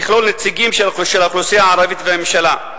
אשר תכלול נציגים של האוכלוסייה הערבית והממשלה.